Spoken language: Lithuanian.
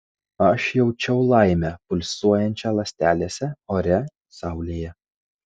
aš jaučiau laimę pulsuojančią ląstelėse ore saulėje